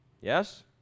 Yes